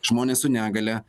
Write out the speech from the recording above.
žmonės su negalia